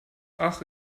ach